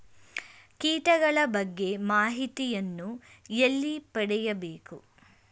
ಕೀಟಗಳ ಬಗ್ಗೆ ಮಾಹಿತಿಯನ್ನು ಎಲ್ಲಿ ಪಡೆಯಬೇಕು?